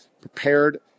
prepared